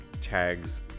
tags